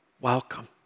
Welcome